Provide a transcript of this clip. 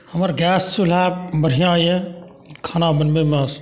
हमर गैस चुल्हा बढ़िआँ यए खाना बनबयमे